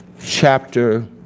chapter